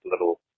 little